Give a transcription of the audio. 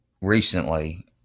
recently